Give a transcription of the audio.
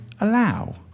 allow